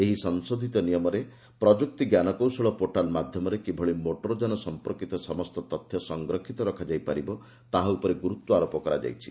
ଏହି ସଂଶୋଧିତ ନିୟମରେ ପ୍ରଯୁକ୍ତି ଜ୍ଞାନକୌଶଳ ପୋର୍ଟାଲ୍ ମାଧ୍ୟମରେ କିଭଳି ମୋଟରଯାନ ସମ୍ପର୍କୀତ ସମସ୍ତ ତଥ୍ୟ ସଂରକ୍ଷିତ ରଖାଯାଇ ପାରିବ ତାହା ଉପରେ ଗୁରୁତ୍ୱାରୋପ କରାଯାଇଛି